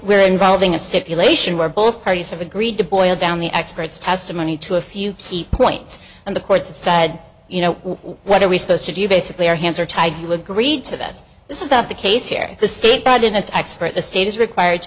we're involving a stipulation where both parties have agreed to boil down the experts testimony to a few key points and the courts have said you know what are we supposed to do basically our hands are tied you agreed to this this is not the case here the state brought in its expert the state is required